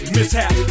Mishap